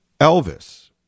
Elvis